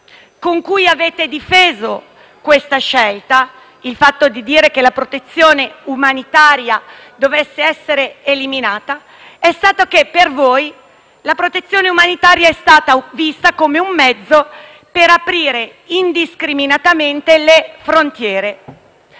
con cui avete difeso questa scelta (il fatto di dire che la protezione umanitaria dovesse essere eliminata) è stata che da voi la protezione umanitaria è vista come un mezzo per aprire indiscriminatamente le frontiere.